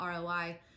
ROI